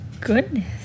Goodness